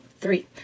Three